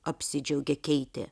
apsidžiaugė keitė